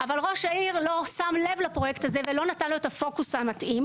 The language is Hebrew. אבל ראש העיר לא שם לב לפרויקט הזה ולא נתן לו את הפוקוס המתאים,